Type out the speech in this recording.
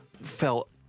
felt